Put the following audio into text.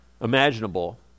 imaginable